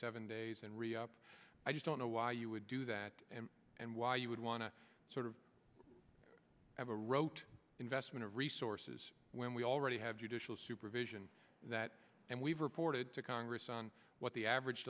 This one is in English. seven days and really up i just don't know why you would do that and why you would want to sort of ever wrote investment of resources when we already have judicial supervision that and we've reported to congress on what the average